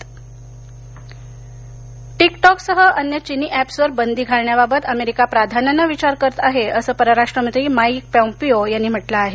America TikTok टिकटॉकसह अन्य चीनी एचप्सवर बंदी घालण्याबाबत अमेरिका प्राधान्यानं विचार करत आहे असं परराष्ट्रमंत्री माईक पॉमपीओ यांनी म्हटलं आहे